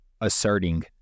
asserting